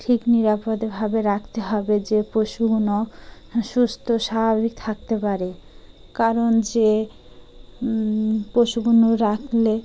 ঠিক নিরাপদেভাবে রাখতে হবে যে পশুগুলো সুস্থ স্বাভাবিক থাকতে পারে কারণ যে পশুগুলো রাখলে